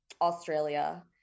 Australia